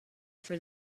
for